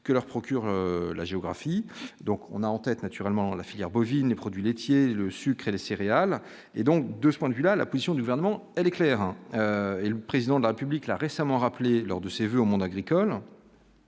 que leur procure la géographie, donc on a en tête, naturellement, la filière bovine, les produits laitiers, le sucre et les céréales et donc de ce point de vue là la position du Vernon, elle est claire et le président de la République l'a récemment rappelé lors de ses voeux au monde agricole,